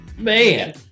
Man